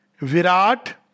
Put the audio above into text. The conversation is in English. Virat